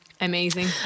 Amazing